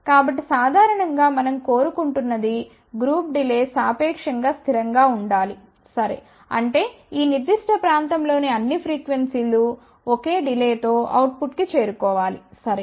కాబట్టి సాధారణం గా మనం కోరుకుంటున్నది గ్రూప్ డిలే సాపేక్షం గా స్థిరంగా ఉండాలి సరే అంటే ఈ నిర్దిష్ట ప్రాంతం లోని అన్ని ఫ్రీక్వెన్సీ లు ఒకే డిలే తో అవుట్పుట్కు చేరుకోవాలి సరే